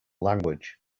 language